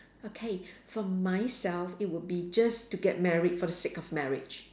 okay for myself it would be just to get married for the sake of marriage